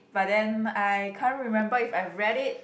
but then I can't remember if I've read it